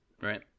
right